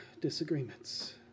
disagreements